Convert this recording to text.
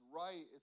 right